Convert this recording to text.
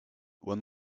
when